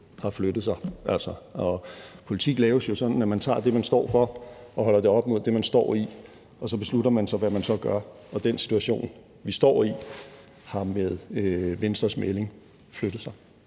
har flyttet sig. Og politik laves jo på den måde, at man tager det, man står for, og holder det op mod det, man står i, og så beslutter man, hvad man så gør, og den situation, vi står i, har med Venstres melding flyttet sig.